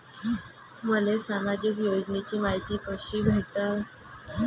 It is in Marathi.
मले सामाजिक योजनेची मायती कशी भेटन?